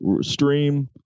stream